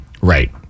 Right